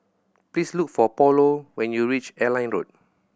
please look for Paulo when you reach Airline Road